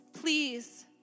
please